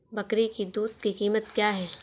बकरी की दूध की कीमत क्या है?